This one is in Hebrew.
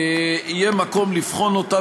יהיה מקום לבחון אותה